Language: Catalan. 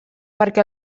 perquè